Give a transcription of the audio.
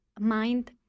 mind